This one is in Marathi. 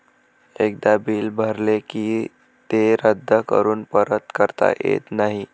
एकदा बिल भरले की ते रद्द करून परत करता येत नाही